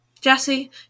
Jesse